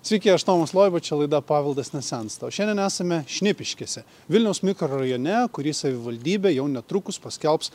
sveiki aš tomas loiba čia laida paveldas nesensta o šiandien esame šnipiškėse vilniaus mikrorajone kurį savivaldybė jau netrukus paskelbs